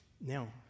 Now